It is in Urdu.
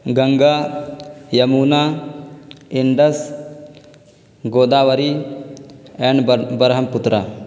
گنگا یمنا اندس گوداوری این برہمپترا